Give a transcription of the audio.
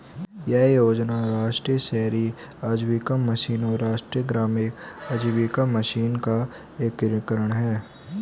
यह योजना राष्ट्रीय शहरी आजीविका मिशन और राष्ट्रीय ग्रामीण आजीविका मिशन का एकीकरण है